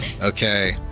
okay